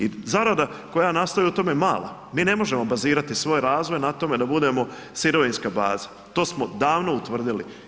I zarada koja nastaje u tome je mala, mi ne možemo bazirati svoj razvoj na tome da budemo sirovinska baza, to smo davno utvrdili.